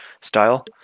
style